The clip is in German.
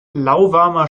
lauwarmer